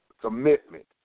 commitment